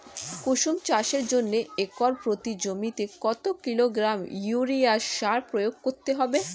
কুসুম চাষের জন্য একর প্রতি জমিতে কত কিলোগ্রাম ইউরিয়া সার প্রয়োগ করতে হবে?